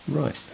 right